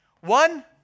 One